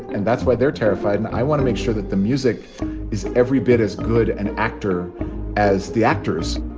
and that's why they're terrified. and i want to make sure that the music is every bit as good an actor as the actors.